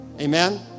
Amen